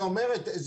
היא אומרת,